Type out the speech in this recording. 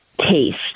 taste